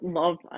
love